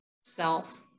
self